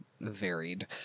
varied